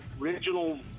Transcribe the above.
original